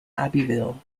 abbeville